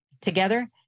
Together